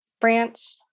branch